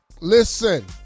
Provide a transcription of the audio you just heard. Listen